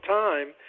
time